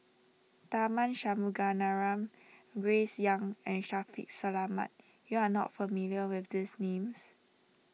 Tharman Shanmugaratnam Grace Young and Shaffiq Selamat you are not familiar with these names